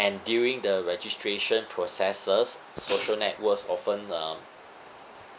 and during the registration processes social networks often um